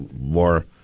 more